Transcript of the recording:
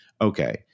okay